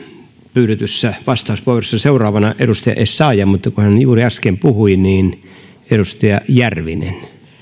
pyydetyissä vastauspuheenvuorossa seuraavana edustaja essayah mutta kun hän juuri äsken puhui niin seuraavaksi edustaja järvinen